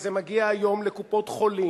וזה מגיע היום לקופות-חולים,